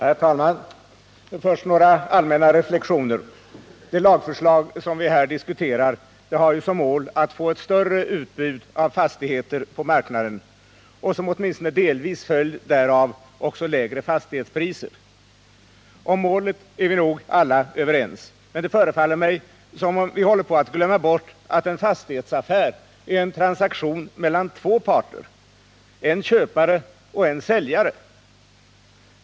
Herr talman! Först några allmänna reflexioner. Det lagförslag som vi här diskuterar har ju som mål att vi skall få större utbud av fastigheter på marknaden och, åtminstone delvis som en följd därav, också lägre fastighetspriser. Om målet är vi nog alla överens, men det förefaller mig som om vi håller på att glömma bort att en fastighetsaffär är en transaktion mellan två parter, en köpare och en säljare.